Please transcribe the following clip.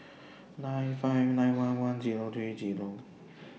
nine five nine one one Zero three Zero